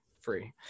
Free